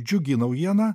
džiugi naujiena